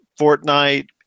Fortnite